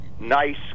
Nice